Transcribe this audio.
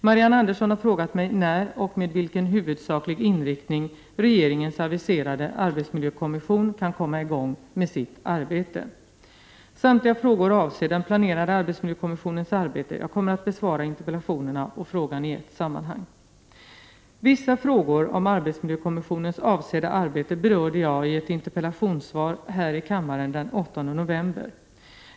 Marianne Andersson har frågat mig när och med vilken huvudsaklig inriktning regeringens aviserade arbetsmiljökommission kan komma i gång med sitt arbete. Samtliga frågor avser den planerade arbetsmiljökommissionens arbete. Jag kommer att besvara interpellationerna och frågan i ett sammanhang. Vissa frågor om arbetsmiljökommissionens avsedda arbete berörde jag i ett interpellationssvar här i kammaren den 8 november.